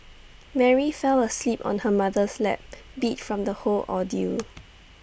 Mary fell asleep on her mother's lap beat from the whole ordeal